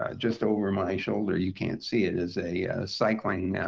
ah just over my shoulder, you can't see it, is a cycling yeah